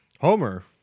Homer